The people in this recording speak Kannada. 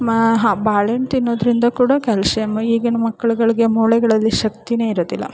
ಮಾ ಹಾಂ ಬಾಳೆಹಣ್ ತಿನ್ನೋದರಿಂದ ಕೂಡ ಕ್ಯಾಲ್ಸಿಯಮ್ ಈಗಿನ ಮಕ್ಕಳುಗಳ್ಗೆ ಮೂಳೆಗಳಲ್ಲಿ ಶಕ್ತಿಯೇ ಇರೋದಿಲ್ಲ